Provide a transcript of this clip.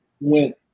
went